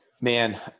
man